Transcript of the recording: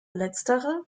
letztere